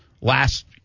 last